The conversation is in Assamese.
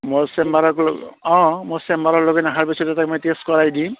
মোৰ চেম্বাৰক লৈ অঁ মোৰ চেম্বাৰলকেন অহাৰ পিছতে এটা মই টেষ্ট কৰাই দিম